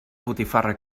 botifarra